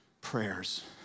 prayers